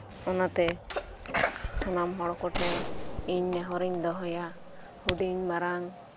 ᱚᱱᱟᱛᱮ ᱥᱟᱱᱟᱢ ᱦᱚᱲᱠᱚᱴᱷᱮᱱ ᱤᱧ ᱱᱮᱦᱚᱨᱤᱧ ᱫᱚᱦᱚᱭᱟ ᱦᱩᱰᱤᱧ ᱢᱟᱨᱟᱝ